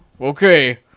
okay